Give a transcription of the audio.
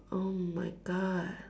oh my God